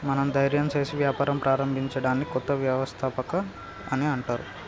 మనం ధైర్యం సేసి వ్యాపారం ప్రారంభించడాన్ని కొత్త వ్యవస్థాపకత అని అంటర్